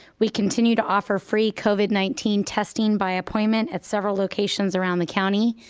we continue to offer free covid nineteen testing by appointment at several locations around the county.